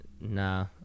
Nah